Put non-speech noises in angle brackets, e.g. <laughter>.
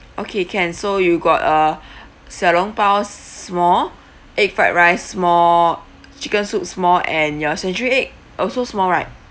okay can so you got a <breath> 小笼包 small egg fried rice small chicken soup small and your century egg also small right